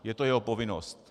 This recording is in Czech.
Je to jeho povinnost.